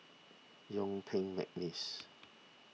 Yuen Peng McNeice